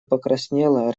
покраснела